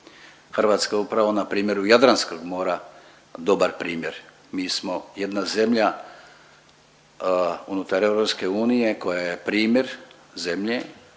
Hrvatska je upravo na primjeru Jadranskog mora dobar primjer. Mi smo jedna zemlja unutar EU koja je primjer zemlje